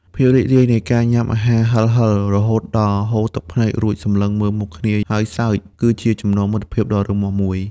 ភាពរីករាយនៃការញ៉ាំអាហារហិរៗរហូតដល់ហូរទឹកភ្នែក រួចសម្លឹងមើលមុខគ្នាហើយសើច គឺជាចំណងមិត្តភាពដ៏រឹងមាំមួយ។